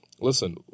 listen